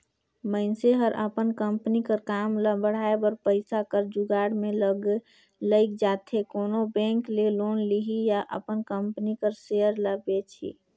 मइनसे हर अपन कंपनी कर काम ल बढ़ाए बर पइसा कर जुगाड़ में लइग जाथे कोनो बेंक ले लोन लिही या अपन कंपनी कर सेयर ल बेंचही